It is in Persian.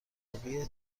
آبی